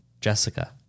jessica